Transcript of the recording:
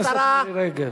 חברת הכנסת מירי רגב.